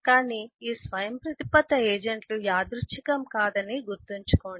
కానీ ఈ స్వయంప్రతిపత్త ఏజెంట్లు యాదృచ్ఛికం కాదని గుర్తుంచుకోండి